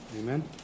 Amen